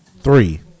three